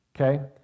Okay